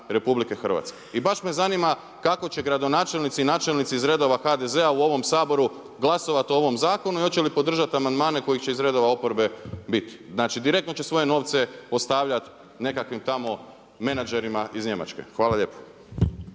općina RH. I baš me zanima kako će gradonačelnici i načelnici iz redova HDZ-a u ovom Saboru glasovat o ovom zakonu i hoće li podržat amandmane kojih će iz redova oporbe biti? Znači direktno će svoje novce ostavljati nekakvim tamo menadžerima iz Njemačke. Hvala lijepo.